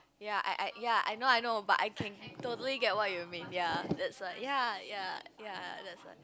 ya I I ya I know I know but I can totally get what you mean ya it's like ya ya ya that's like